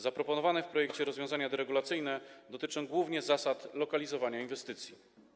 Zaproponowane w projekcie rozwiązania deregulacyjne dotyczą głównie zasad lokalizowania inwestycji.